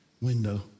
window